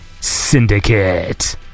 Syndicate